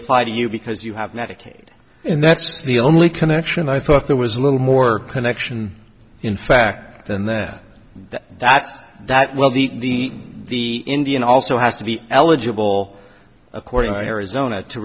apply to you because you have medicaid and that's the only connection i thought there was a little more connection in fact and that's that well the the indian also has to be eligible according to arizona to